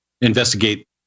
investigate